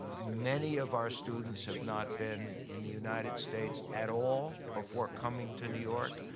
many of our students have not been in the united states at all before coming to new york.